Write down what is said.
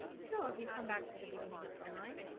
so if you come back to the beginning of the line